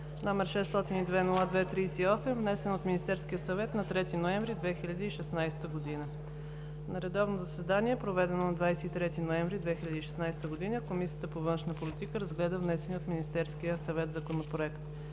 № 602-02-38, внесен от Министерския съвет на 3 ноември 2016 г. На редовно заседание, проведено на 23 ноември 2016 г., Комисията по външна политика разгледа внесения от Министерския съвет Законопроект.